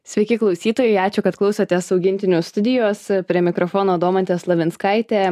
sveiki klausytojai ačiū kad klausotės augintinių studijos prie mikrofono domantė slavinskaitė